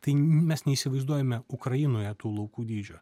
tai mes neįsivaizduojame ukrainoje tų laukų dydžio